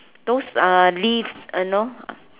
those uh leaves you know